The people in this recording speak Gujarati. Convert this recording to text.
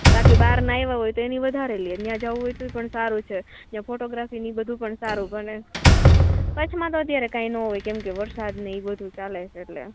બાકી બહારના આવ્યાં હોય એની વધારે લે અને ત્યાં જવું હોય તો પણ સારું છે ત્યાં ફોટોગ્રાફીને એ બધું પણ સારું ભલે કચ્છમાં તો અત્યારે કાંઈ નહીં હોય કેમ કે અત્યારે વરસાદને એ બધું ચાલે છે એટલે